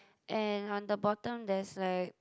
and on the bottom there's like